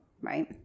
Right